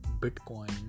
bitcoin